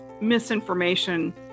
misinformation